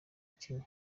kenya